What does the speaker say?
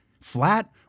Flat